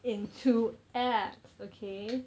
into abs okay